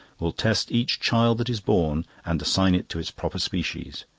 will test each child that is born and assign it to its proper species.